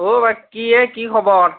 অঁ ভাই কি এ কি খবৰ